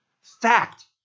fact